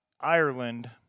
Ireland